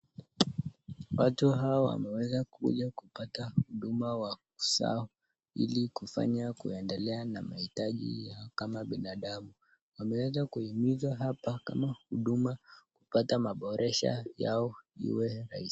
Watu hawa wameweza kuja kupata huduma wa kuzaa hili kufanya kuendelea na mahitaji yao kama binadamu, wameweza kuhimiza hapa kama huduma kupata maboresha yao iwe rahisi.